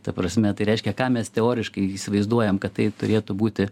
ta prasme tai reiškia ką mes teoriškai įsivaizduojam kad tai turėtų būti